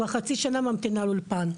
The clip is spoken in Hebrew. היא כבר חצי שנה ממתינה לאולפן.